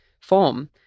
form